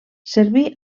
serví